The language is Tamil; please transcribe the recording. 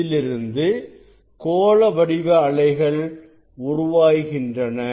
இதிலிருந்து கோள வடிவ அலைகள் உருவாகின்றன